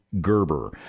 Gerber